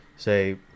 Say